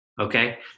Okay